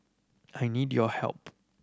I need your help